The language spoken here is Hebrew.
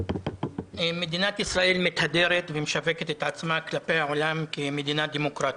מדינת ישראל מתהדרת ומשווקת את עצמה כלפי העולם כמדינה דמוקרטית.